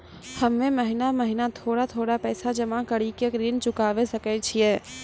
हम्मे महीना महीना थोड़ा थोड़ा पैसा जमा कड़ी के ऋण चुकाबै सकय छियै?